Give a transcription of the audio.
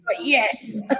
Yes